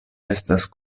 estas